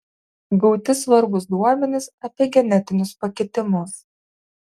gauti svarbūs duomenys apie genetinius pakitimus